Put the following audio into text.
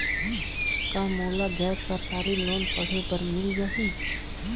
कौन मोला गैर सरकारी लोन पढ़े बर मिल जाहि?